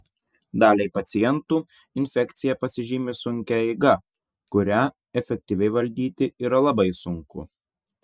daliai pacientų infekcija pasižymi sunkia eiga kurią efektyviai valdyti yra labai sunku